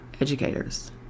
educators